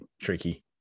tricky